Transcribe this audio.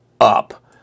up